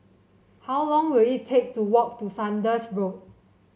how long will it take to walk to Saunders Road